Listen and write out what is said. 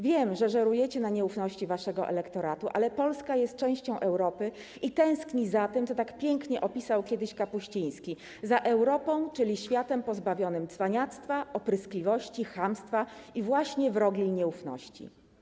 Wiem, że żerujecie na nieufności waszego elektoratu, ale Polska jest częścią Europy i tęskni za tym, co tak pięknie opisał kiedyś Kapuściński - za Europą, czyli światem pozbawionym cwaniactwa, opryskliwości, chamstwa i właśnie wrogiej nieufności.